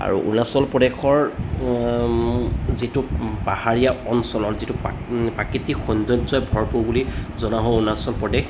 আৰু অৰুণাচল প্ৰদেশৰ যিটো পাহাৰীয়া অঞ্চলৰ যিটো পা প্ৰাকৃতিক সৌন্দৰ্য্য়ই ভৰপূৰ বুলি জনা হয় অৰুণাচল প্ৰদেশ